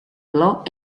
blog